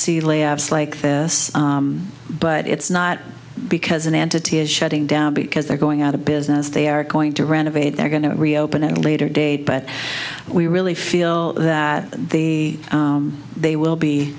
see layoffs like this but it's not because an entity is shutting down because they're going out of business they are going to renovate they're going to reopen at a later date but we really feel that the they will be